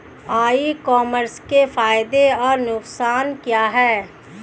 ई commerce के फायदे और नुकसान क्या हैं?